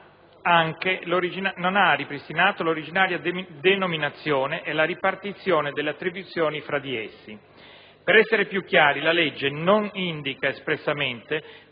non anche l'originaria denominazione e la ripartizione delle attribuzione fra di essi. Per essere più chiari, la legge non indica espressamente